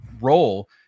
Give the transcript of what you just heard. role